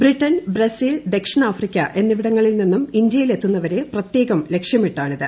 Britain Brazil ദക്ഷിണാഫ്രിക്ക എന്നിവിടങ്ങളിൽ നിന്നും ഇന്ത്യയിലെത്തുന്നവരെ പ്രത്യേകം ലക്ഷ്യമിട്ടാണിത്